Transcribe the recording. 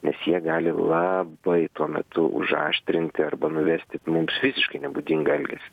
nes jie gali labai tuo metu užaštrinti arba nuversti mums visiškai nebūdingą elgesį